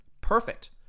perfect